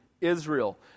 Israel